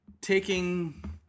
taking